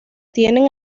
tienen